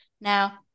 Now